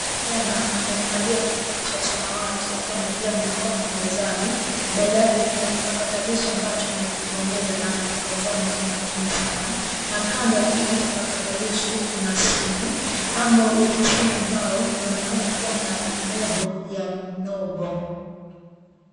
Kijana amekalia kiti cha samawati akiwa amewekelea mikono mezani. Mbele yake kuna kipatakalishi ambacho anakibonyeza na anakitazama kwa makini sana na kanado ya hiki kipatakilishi kuna simu. Amo ofisini ambao kunaoneka kuwa na lebo ya Nobo.